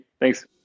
Thanks